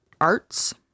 Arts